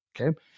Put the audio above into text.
Okay